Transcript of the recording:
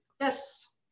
yes